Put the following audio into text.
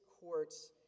court's